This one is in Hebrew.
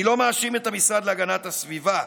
אני לא מאשים את המשרד להגנת הסביבה,